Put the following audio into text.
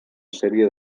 sèrie